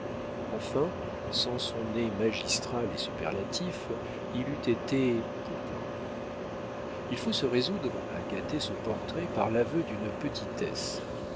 enfin sans son nez magistral et superlatif il eût été poupin il faut se résoudre à gâter ce portrait par l'aveu d'une petitesse